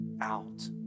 out